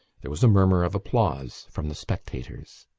there was a murmur of applause from the spectators.